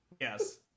yes